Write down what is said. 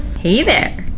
hey there